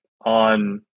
on